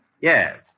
Yes